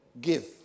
give